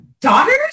daughters